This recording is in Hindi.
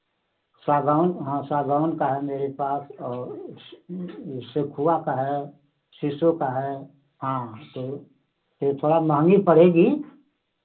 सागौन हाँ सागौन का है मेरे पास और यह सेखुआ का है शीशों का है हाँ तो तो थोड़ा महँगी पड़ेगी